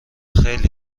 خیلی